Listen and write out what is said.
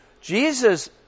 Jesus